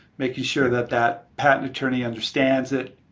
making sure that that patent attorney understands it,